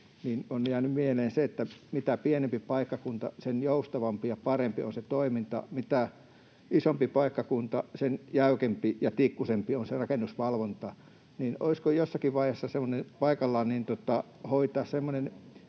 on jäänyt mieleen se, että mitä pienempi paikkakunta, sen joustavampi ja parempi on se toiminta, ja mitä isompi paikkakunta, sen jäykempi ja tikkuisempi on se rakennusvalvonta. Olisiko jossakin vaiheessa paikallaan hoitaa